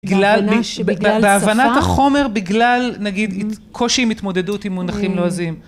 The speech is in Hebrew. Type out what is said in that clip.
בגלל, בהבנת החומר, בגלל נגיד קושי עם התמודדות עם מונחים לועזיים.